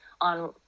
on